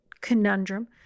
conundrum